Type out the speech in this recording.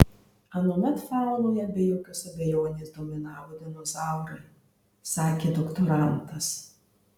anuomet faunoje be jokios abejonės dominavo dinozaurai sakė doktorantas